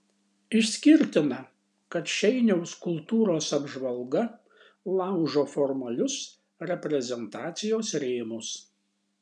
išskirtina kad šeiniaus kultūros apžvalga laužo formalius reprezentacijos rėmus